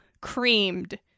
creamed